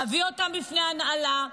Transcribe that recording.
להביא אותם בפני ההנהלה.